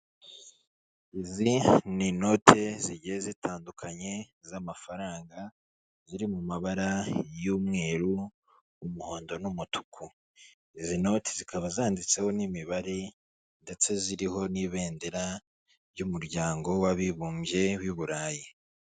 Izi ni inote zigiye zitandukanye z'amafaranga, ziri mu mabara y'umweru, umuhondo n'umutuku. Izi note zikaba zanditseho n'imibare ndetse ziriho n'ibendera ry'umuryango w'abibumbye W'i Burayi.